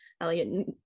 Elliot